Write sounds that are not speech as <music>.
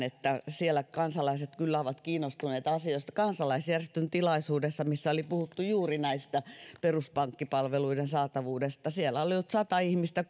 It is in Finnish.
<unintelligible> että <unintelligible> siellä kansalaiset kyllä ovat kiinnostuneita asioista kansalaisjärjestön tilaisuudessa missä oli puhuttu juuri näistä peruspankkipalveluiden saatavuudesta oli sata ihmistä <unintelligible>